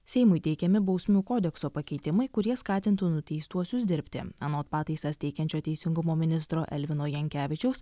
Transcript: seimui teikiami bausmių kodekso pakeitimai kurie skatintų nuteistuosius dirbti anot pataisas teikiančio teisingumo ministro elvino jankevičiaus